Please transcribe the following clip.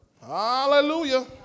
Hallelujah